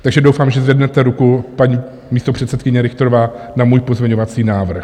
Takže doufám, že zvednete ruku, paní místopředsedkyně Richterová, na můj pozměňovací návrh.